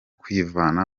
kwivana